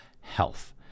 health